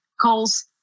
calls